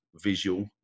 visual